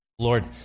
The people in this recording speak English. Lord